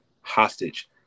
hostage